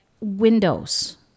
windows